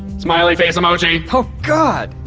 smiley face emoji! oh god,